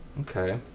Okay